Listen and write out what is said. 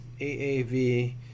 AAV